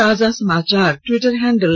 ताजा समाचार Twitter handle